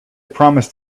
promised